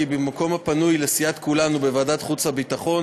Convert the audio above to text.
כי במקום הפנוי לסיעת כולנו בוועדת החוץ והביטחון